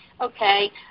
okay